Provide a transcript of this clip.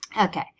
Okay